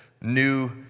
new